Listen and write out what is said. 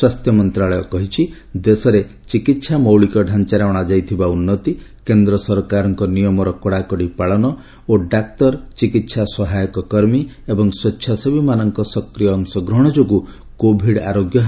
ସ୍ୱାସ୍ଥ୍ୟ ମନ୍ତ୍ରଣାଳୟ କହିଛି ଦେଶରେ ଚିକିତ୍ସା ମୌଳିକତାଞ୍ଚାରେ ଅଣାଯାଇଥିବା ଉନ୍ନତି କେନ୍ଦ୍ର ସରକାରଙ୍କ ନିୟମର କଡ଼ାକଡ଼ି ପାଳନ ଓ ଡାକ୍ତର ଚିକିତ୍ସା ସହାୟକ କର୍ମୀ ଏବଂ ସ୍ୱେଚ୍ଛାସେବୀମାନଙ୍କ ସକ୍ରିୟ ଅଂଶଗ୍ରହଣ ଯୋଗୁଁ କୋଭିଡ୍ ଆରୋଗ୍ୟ ହାରରେ ଏଭଳି ବୃଦ୍ଧି ପରିଲକ୍ଷିତ ହୋଇଛି